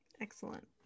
Excellent